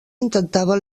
intentava